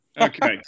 Okay